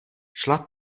šla